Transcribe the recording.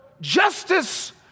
justice